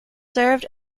served